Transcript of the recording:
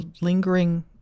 lingering